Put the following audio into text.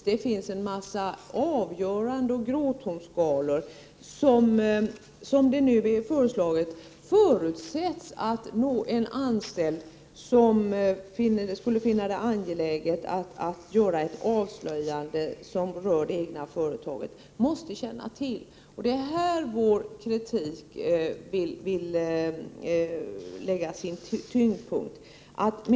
Det finns en massa avgöranden och gråtonsskalor som det enligt förslaget förutsätts att en anställd, som skulle finna det angeläget att göra ett avslöjande som rör det egna företaget, måste känna till. Det är här vår kritik vill lägga sin tyngdpunkt.